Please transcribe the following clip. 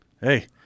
hey